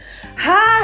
Hi